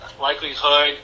likelihood